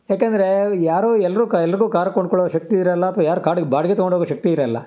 ಯಾಕೆಂದರೆ ಯಾರೋ ಎಲ್ರೂ ಎಲ್ರಿಗೂ ಕಾರ್ ಕೊಂಡೋಕೊಳ್ಳೋ ಶಕ್ತಿ ಇರಲ್ಲ ಅಥವಾ ಯಾರು ಕಾಡಿಗೆ ಬಾಡಿಗೆ ತೊಗೊಂಡೋಗೋ ಶಕ್ತಿ ಇರಲ್ಲ